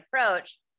approach